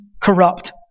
corrupt